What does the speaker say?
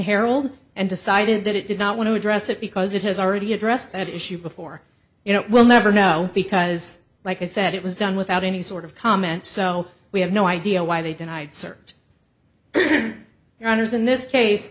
herald and decided that it did not want to address it because it has already addressed that issue before you know we'll never know because like i said it was done without any sort of comment so we have no idea why they denied served your honour's in this case